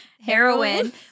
heroin